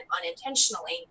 unintentionally